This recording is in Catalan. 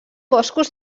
boscos